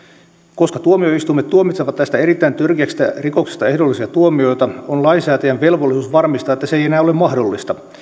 koska tuomioistuimet tuomitsevat näistä erittäin törkeistä rikoksista ehdollisia tuomioita on lainsäätäjän velvollisuus varmistaa että se ei enää ole mahdollista